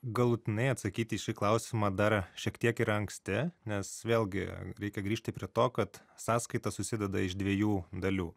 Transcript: galutinai atsakyti į šį klausimą dar šiek tiek yra anksti nes vėlgi reikia grįžti prie to kad sąskaita susideda iš dviejų dalių